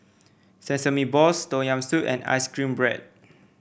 Sesame Balls Tom Yam Soup and ice cream bread